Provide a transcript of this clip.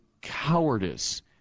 cowardice